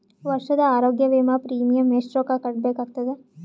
ವರ್ಷದ ಆರೋಗ್ಯ ವಿಮಾ ಪ್ರೀಮಿಯಂ ಎಷ್ಟ ರೊಕ್ಕ ಕಟ್ಟಬೇಕಾಗತದ?